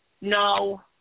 No